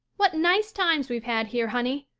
what nice times we've had here, honey!